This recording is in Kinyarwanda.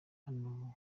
hano